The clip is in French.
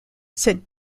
cette